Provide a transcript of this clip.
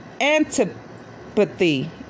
antipathy